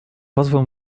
pozwól